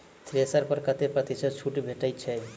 Thresher पर कतै प्रतिशत छूट भेटय छै?